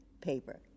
paper